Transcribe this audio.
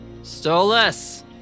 Stolas